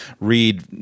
read